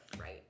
right